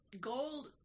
Gold